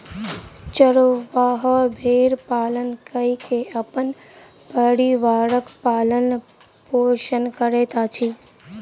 चरवाहा भेड़ पालन कय के अपन परिवारक पालन पोषण करैत अछि